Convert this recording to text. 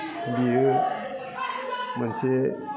बियो मोनसे